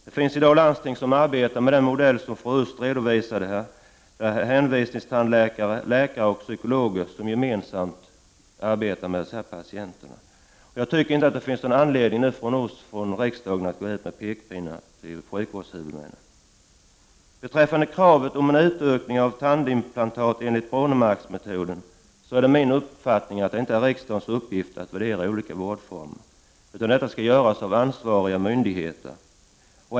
Det finns i dag landsting som arbetar med den modell som fru Östh här redogjorde för, där hänvisningstandläkare, läkare och psykolog gemensamt arbetar med patienterna. Jag anser inte att det nu finns anledning för oss i riksdagen att gå ut med pekpinnar. Detta är en fråga för sjukvårdshuvudmännen. Beträffande kravet om en utökning av tandimplantat enligt Brånemarksmetoden, är det min uppfattning att det inte är riksdagens uppgift att värdera olika vårdformer. Detta skall göras av ansvarig myndighet.